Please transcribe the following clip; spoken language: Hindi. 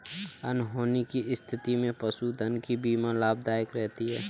अनहोनी की स्थिति में पशुधन की बीमा लाभदायक रहती है